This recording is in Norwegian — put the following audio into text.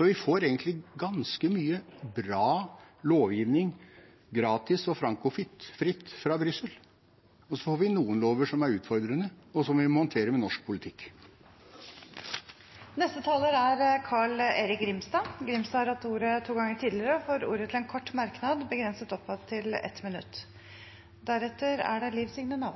Vi får egentlig ganske mye bra lovgivning gratis og frankofritt fra Brussel. Så får vi noen lover som er utfordrende, og som vi må håndtere med norsk politikk. Representanten Carl-Erik Grimstad har hatt ordet to ganger tidligere og får ordet til en kort merknad, begrenset til 1 minutt. Jeg tar selvsagt til meg